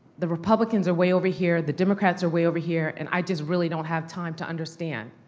the republicans are way over here, the democrats are way over here, and i just really don't have time to understand.